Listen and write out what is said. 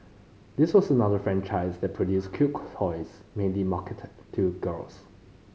this was another franchise that produced cute toys mainly marketed to girls